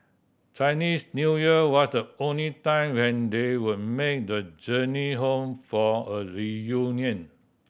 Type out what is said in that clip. Chinese New Year was the only time when they would make the journey home for a reunion